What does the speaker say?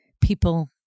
people